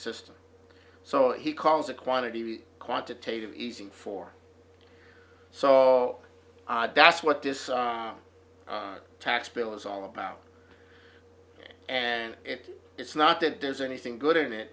system so he calls a quantity of quantitative easing for so that's what this tax bill is all about and it it's not that there's anything good in it